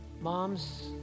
Moms